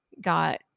got